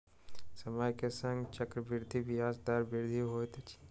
समय के संग चक्रवृद्धि ब्याज दर मे वृद्धि होइत अछि